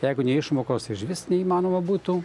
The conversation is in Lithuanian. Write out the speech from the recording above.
jeigu ne išmokos išvis neįmanoma būtų